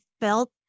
felt